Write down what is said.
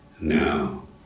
Now